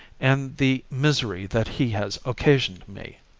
and the misery that he has occasioned me.